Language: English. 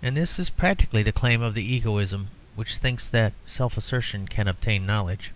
and this is practically the claim of the egoism which thinks that self-assertion can obtain knowledge.